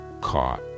caught